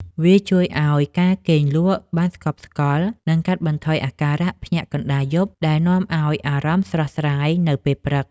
វាជួយឱ្យការគេងលក់បានស្កប់ស្កល់ និងកាត់បន្ថយអាការៈភ្ញាក់កណ្ដាលយប់ ដែលនាំឱ្យអារម្មណ៍ស្រស់ស្រាយនៅពេលព្រឹក។